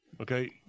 okay